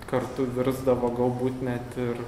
kartu virsdavo galbūt net ir